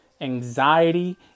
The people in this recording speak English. Anxiety